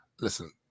Listen